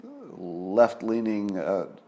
left-leaning